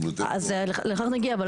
לכך נגיע,